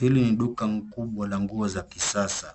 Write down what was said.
Hili ni duka kubwa la nguo za kisasa.